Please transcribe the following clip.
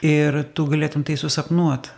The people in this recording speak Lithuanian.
ir tu galėtum tai susapnuot